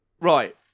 Right